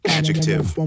Adjective